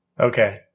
Okay